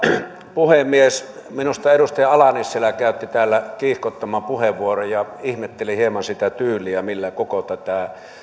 puhemies minusta edustaja ala nissilä käytti täällä kiihkottoman puheenvuoron ja ihmetteli hieman sitä tyyliä millä koko tätä